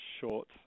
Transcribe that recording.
short